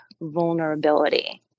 vulnerability